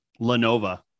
Lenovo